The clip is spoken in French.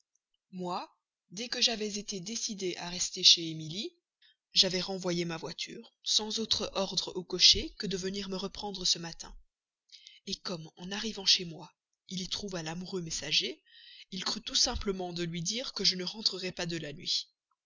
moi dès que j'avais été décidé à rester chez emilie j'avais renvoyé ma voiture sans autre ordre à mon cocher que de venir me reprendre ce matin comme en arrivant chez moi il y trouva l'amoureux messager il crut tout simple de lui dire que je ne rentrerais pas de la nuit